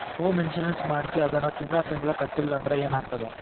Home insurance ಮಾಡ್ಸಿ ಅದನ್ನ ತಿಂಗ್ಳಾ ತಿಂಗ್ಳಾ ಕಟ್ಲಿಲ್ಲಾಂದ್ರ ಏನಾಗ್ತದ?